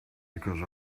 because